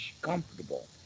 comfortable